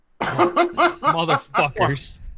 Motherfuckers